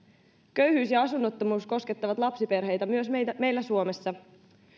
köyhyys ja asunnottomuus koskettavat lapsiperheitä myös meillä meillä suomessa